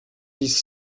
dix